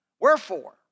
Wherefore